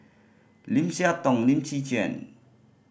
Lim Siah Tong Lim Chwee Chian